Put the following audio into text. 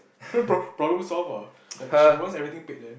pro~ problem solved ah like she wants everything paid then